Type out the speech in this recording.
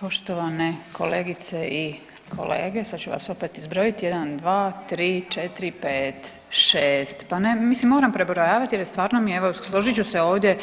Poštovane kolegice i kolege, sad ću vas opet izbrojit, 1, 2, 3, 4, 5, 6 pa ne, mislim moram prebrojavati jer stvarno mi je evo složit ću se ovdje